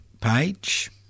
page